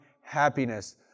happiness